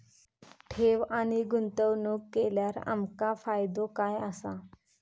ठेव आणि गुंतवणूक केल्यार आमका फायदो काय आसा?